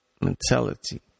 mentality